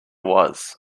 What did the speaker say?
was